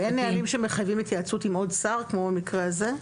ואין נהלים שמחייבים התייעצות עם עוד שר כמו במקרה הזה?